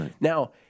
Now